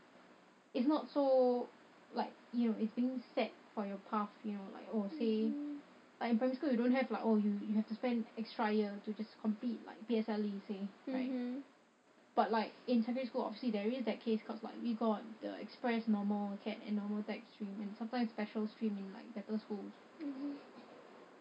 it's not so like you know it's being set for your path you know like oh say like in primary school you don't have like oh you you have to spend extra year to just complete like P_S_L_E say right but like in secondary school obviously there is that case cause like we got the express normal acad and normal tech stream and sometimes special screaming in like better schools